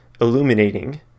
Illuminating